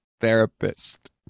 therapist